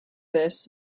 this